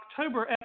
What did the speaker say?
October